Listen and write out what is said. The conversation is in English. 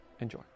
Enjoy